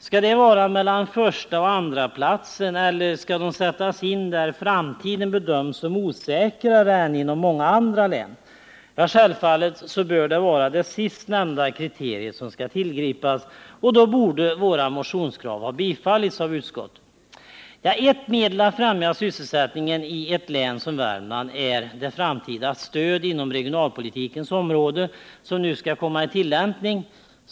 Skall det vara mellan första och andra platsen eller skall de sättas in där framtiden bedöms som osäkrare än inom många andra län? Självfallet bör det vara det sist nämnda kriteriet som skall tillgripas, och därför borde våra motionskrav ha tillstyrkts av utskottet. Ett medel att främja sysselsättningen i ett län som Värmland är de framtida stöd inom regionalpolitikens område som nu skall komma i tillämpning.